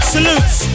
Salutes